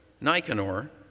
Nicanor